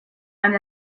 and